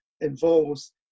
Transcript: involves